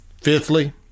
Fifthly